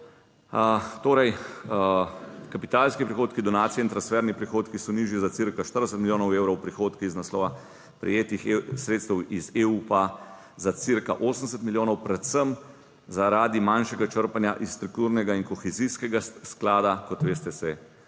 Torej, kapitalski prihodki, donacije in transferni prihodki so nižji za cirka 40 milijonov evrov, prihodki iz naslova prejetih sredstev iz EU pa za cirka 80 milijonov, predvsem zaradi manjšega črpanja iz strukturnega in kohezijskega sklada, kot veste, se